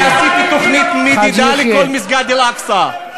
אני עשיתי תוכנית מדידה לכל מסגד אל-אקצא.